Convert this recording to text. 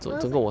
那是